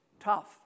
tough